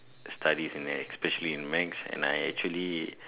studies especially in maths and I actually